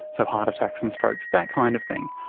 so heart attacks and strokes, that kind of thing.